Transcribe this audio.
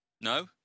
No